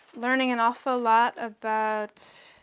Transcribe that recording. learning an awful lot about